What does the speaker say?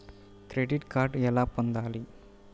Credit card ఎలా పొందాలి?